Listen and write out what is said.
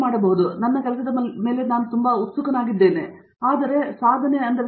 ಹಾಗಾಗಿ ನಾನು ನನ್ನ ಕೆಲಸದ ಬಗ್ಗೆ ತುಂಬಾ ಉತ್ಸುಕನಾಗಿದ್ದೇನೆ ಮತ್ತು ಅದು ಸರಿ ಎಂದು ನಾನು ಮಾಡುತ್ತಿದ್ದೇನೆ